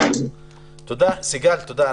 סיגל תודה.